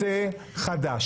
כדי לדון בטענת נושא חדש.